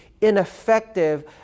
ineffective